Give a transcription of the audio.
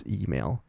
email